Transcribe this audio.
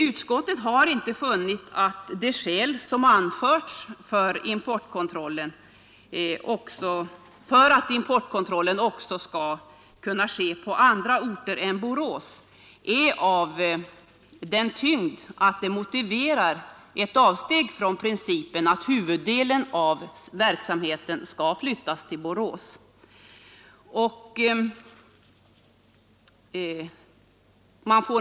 Utskottet har inte funnit att de skäl som anförts för att importkontrollen också skall kunna ske på andra orter än Borås är av den tyngd att de motiverar ett avsteg från principen att huvuddelen av verksamheten skall flyttas till Borås.